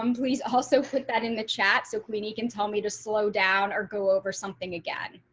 um please also put that in the chat so queen, he can tell me to slow down or go over something again.